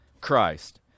Christ